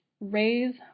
raise